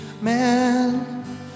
man